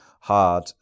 hard